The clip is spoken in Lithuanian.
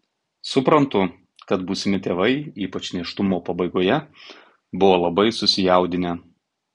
suprantu kad būsimi tėvai ypač nėštumo pabaigoje buvo labai susijaudinę